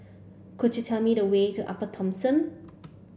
could you tell me the way to Upper Thomson